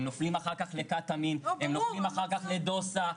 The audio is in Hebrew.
הם נופלים אחר כך לקטאמין הם נופלים אחר כך לדוסא,